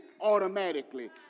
Automatically